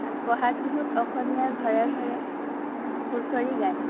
বহাগ বিহুত অসমীয়াৰ ঘৰে ঘৰে হুঁচৰি গায়